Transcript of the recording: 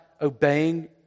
obeying